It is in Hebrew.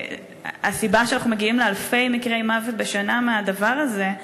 הסיבה שאנחנו מגיעים לאלפי מקרי מוות בשנה מהדבר הזה,